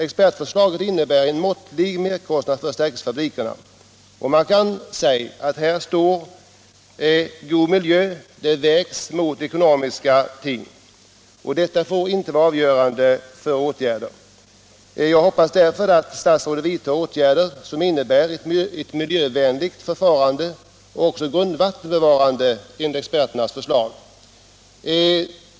Expertförslaget innebär en måttlig merkostnad för stärkelsefabrikerna, och man kan säga att här vägs god miljö mot ekonomiska ting, men ekonomiska synpunkter får inte fälla utslaget. Jag hoppas att statsrådet vidtar åtgärder som är miljövänliga och grundvattenbevarande, i enlighet med experternas förslag.